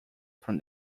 from